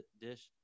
dish